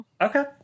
Okay